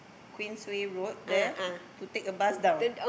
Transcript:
Queens way road there to take a bus down